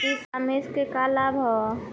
ई कॉमर्स क का लाभ ह?